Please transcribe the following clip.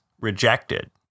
rejected